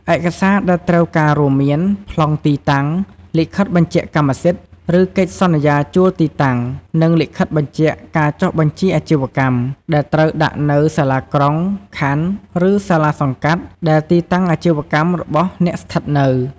ឯកសារដែលត្រូវការរួមមាន ប្លង់ទីតាំង លិខិតបញ្ជាក់កម្មសិទ្ធិ ឬកិច្ចសន្យាជួលទីតាំង និង លិខិតបញ្ជាក់ការចុះបញ្ជីអាជីវកម្ម ដែលត្រូវដាក់នៅ សាលាក្រុង ខណ្ឌ ឬ សាលាសង្កាត់ ដែលទីតាំងអាជីវកម្មរបស់អ្នកស្ថិតនៅ។